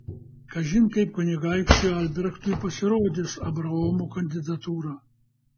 kažin kaip kunigaikščiui albrechtui pasirodys abraomo kandidatūra